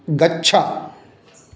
गच्छ